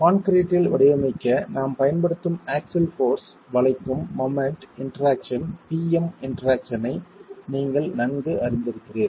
கான்கிரீட்டில் வடிவமைக்க நாம் பயன்படுத்தும் ஆக்ஸில் போர்ஸ் வளைக்கும் moment interaction P M இன்டெர் ஆக்சனை நீங்கள் நன்கு அறிந்திருக்கிறீர்கள்